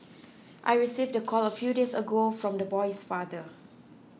I received the call a few days ago from the boy's father